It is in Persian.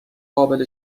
قابل